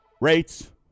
Rates